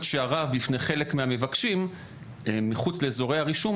שעריו בפני חלק מהמבקשים מחוץ לאזורי הרישום,